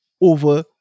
over